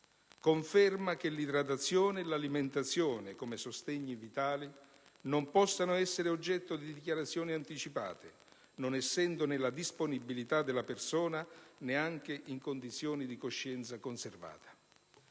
conferma che l'idratazione e l'alimentazione, come sostegni vitali, non possano essere oggetto di dichiarazioni anticipate, non essendo nella disponibilità della persona neanche in condizioni di coscienza conservata.